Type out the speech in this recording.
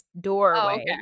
doorway